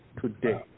today